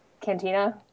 Cantina